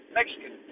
Mexican